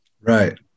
Right